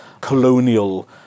colonial